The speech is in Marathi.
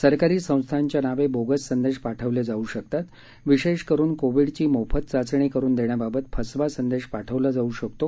सरकारी संस्थांच्या नावे बोगस संदेश पाठवले जाऊ शकतात विशेष करुन कोविडची मोफत चाचणी करुन देण्याबाबत फसवा संदेश पाठवला जाऊ शकतो